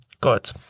Good